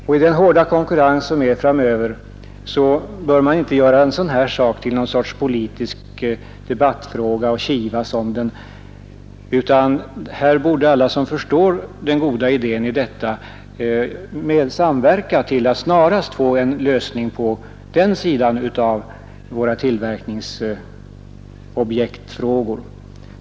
I den hårda konkurrens som kommer att råda framöver bör man inte göra en sådan här sak till någon sorts politisk debattfråga och kivas om den, utan här borde alla som förstår den goda idén i detta samverka till att snarast få en lösning för den sidan av våra tillverkningsobjektfrågor.